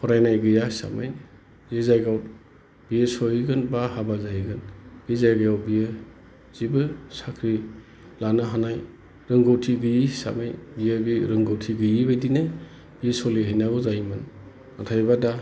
फरायनाय गैया हिसाबै जि जायगायाव बियो सौहैगोन बा हाबा जाहैगोन बे जायगायाव बियो जेबो साख्रि लानो हानाय रोंगौथि गैयि हिसाबै बियो बि रौगौथि गैयि बायदिनो बियो सोलि हैनांगौ जायोमोन नाथायब्ला दा